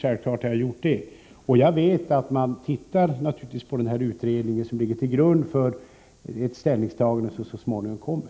Jag vet därför att man har tittat på den nämnda utredningen. Den ligger till grund för det ställningstagande som så småningom kommer.